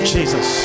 Jesus